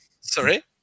sorry